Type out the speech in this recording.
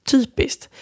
Typiskt